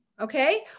Okay